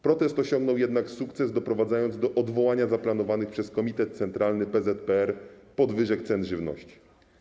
Protest osiągnął jednak sukces doprowadzając do odwołania zaplanowanych przez Komitet Centralny PZPR podwyżek cen żywności.